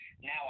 now